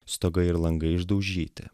stogai ir langai išdaužyti